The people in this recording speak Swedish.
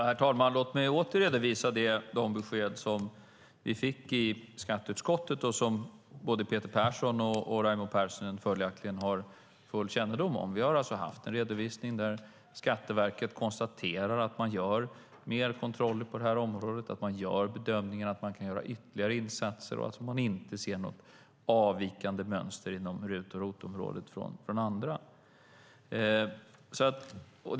Herr talman! Låt mig åter redovisa de besked som vi fick i skatteutskottet och som både Peter Persson och Raimo Pärssinen har full kännedom om. Skatteverket konstaterar att det görs fler kontroller på det här området. Man gör bedömningen att ytterligare insatser kan göras. Skatteverket ser inget avvikande mönster inom RUT och ROT-området i förhållande till andra.